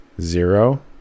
zero